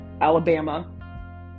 Alabama